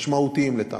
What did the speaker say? משמעותיים, לטעמי.